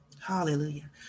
Hallelujah